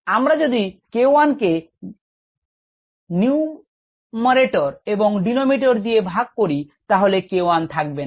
আমরা যদি k1 কে numerator ও denominator দিয়ে ভাগ করি তাহলে k1 থাকবে না